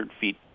feet